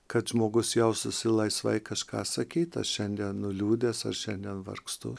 kad žmogus jaustųsi laisvai kažką sakyti šiandien nuliūdęs aš nevargstu